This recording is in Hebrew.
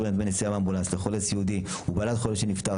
דמי נסיעה באמבולנס לחולה סיעודי ובעד חולה שנפטר),